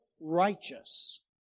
righteous